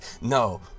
no